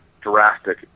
drastic